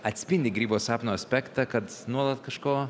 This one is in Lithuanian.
atspindi grybo sapno aspektą kad nuolat kažko